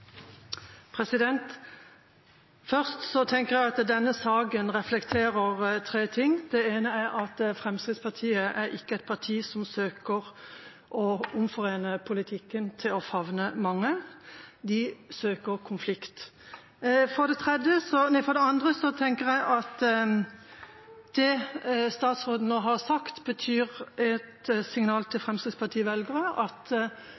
tenker jeg at denne saken reflekterer tre ting. Det ene er at Fremskrittspartiet ikke er et parti som søker å omforene politikken til å favne mange, de søker konflikt. For det andre tenker jeg at det statsråden nå har sagt, betyr et signal til Fremskrittsparti-velgere om at